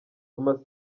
maman